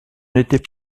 n’était